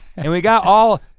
and we got all,